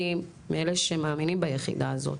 אני מאלה שמאמינים ביחידה הזאת.